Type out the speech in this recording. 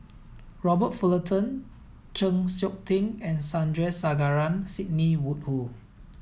Robert Fullerton Chng Seok Tin and Sandrasegaran Sidney Woodhull